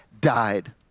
died